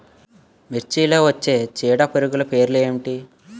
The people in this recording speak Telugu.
మిర్చిలో వచ్చే చీడపురుగులు పేర్లు ఏమిటి?